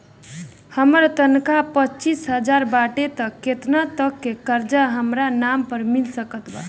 हमार तनख़ाह पच्चिस हज़ार बाटे त केतना तक के कर्जा हमरा नाम पर मिल सकत बा?